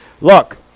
look